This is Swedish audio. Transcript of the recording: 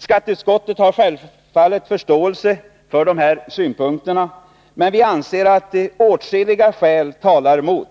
Skatteutskottet har självfallet förståelse för dessa synpunkter, men vi anser att åtskilliga skäl talar mot